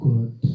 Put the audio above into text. God